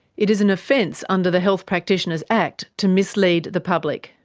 it is an offence under the health practitioners act to mislead the public.